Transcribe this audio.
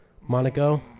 Monaco